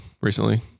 recently